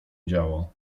działo